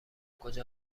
کجا